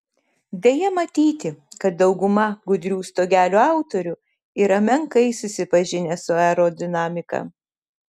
deja matyti kad dauguma gudrių stogelių autorių yra menkai susipažinę su aerodinamika